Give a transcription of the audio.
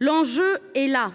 Je salue